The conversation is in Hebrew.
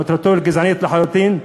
מטרתו גזענית לחלוטין,